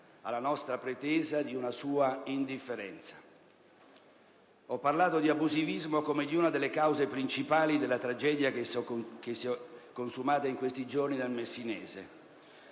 alla nostra pretesa di una sua indifferenza. Ho parlato di abusivismo come di una delle cause principali della tragedia che si è consumata in questi giorni nel Messinese.